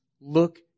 look